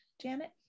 Janet